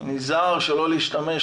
אני נזהר שלא להשתמש,